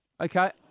Okay